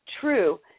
true